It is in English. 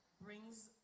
Brings